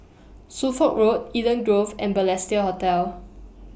Suffolk Road Eden Grove and Balestier Hotel